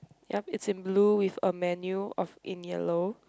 ya it's in blue with a menu of in yellow